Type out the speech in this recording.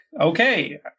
Okay